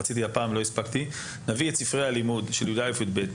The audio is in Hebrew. רציתי הפעם ולא הספקתי את ספרי הלימוד של כיתות י"א-י"ב,